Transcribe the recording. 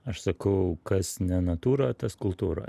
aš sakau kas ne natūra tas kultūra